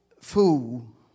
fool